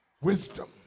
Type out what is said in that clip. Wisdom